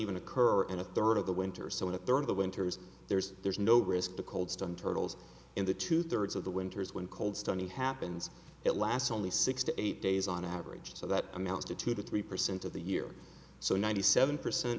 even occur in a third of the winter so in a third of the winters there's there's no risk to cold stone turtles in the two thirds of the winters when cold stony happens it lasts only six to eight days on average so that amounts to two to three percent of the year so ninety seven percent